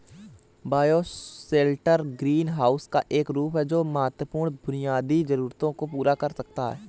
bioshelter greenhouse का एक रूप है जो महत्वपूर्ण बुनियादी जरूरतों को पूरा कर सकता है